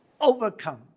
overcome